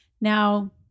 Now